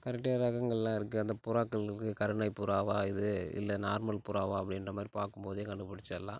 ரகங்கள்லாம் இருக்குது அந்த புறாக்கள் இருக்குது கருணை புறாவா இது இல்லை நார்மல் புறாவா அப்படின்ற மாதிரி பார்க்கும் போதே கண்டுபிடிச்சிர்லாம்